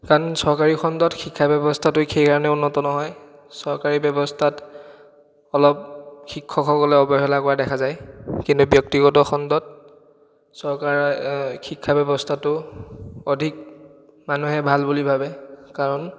কাৰণ চৰকাৰী খণ্ডত শিক্ষা ব্যৱস্থাটো সেই কাৰণেই উন্নত নহয় চৰকাৰী ব্যৱস্থাত অলপ শিক্ষকসকলে অবহেলা কৰা দেখা যায় কিন্তু ব্যক্তিগত খণ্ডত চৰকাৰে শিক্ষা ব্যৱস্থাটো অধিক মানুহে ভাল বুলি ভাবে কাৰণ